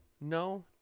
no